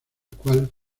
cual